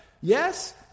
Yes